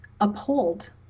uphold